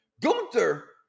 Gunther